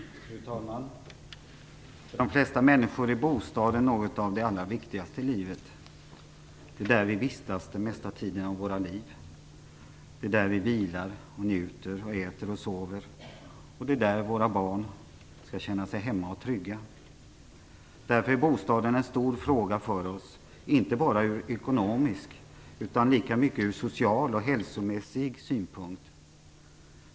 Fru talman! För de flesta människor är bostaden något av det allra viktigaste i livet. Det är där vi vistas den mesta tiden av våra liv. Det är där vi vilar, njuter, äter och sover, och det är där våra barn skall känna sig hemma och trygga. Därför är bostaden en stor fråga för oss inte bara ur ekonomisk utan lika mycket ur social och hälsomässig synpunkt.